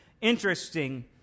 interesting